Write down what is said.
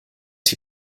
die